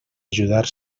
ajudar